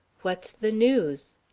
what's the news?